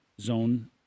zone